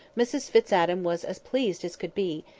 mrs fitz-adam was as pleased as could be,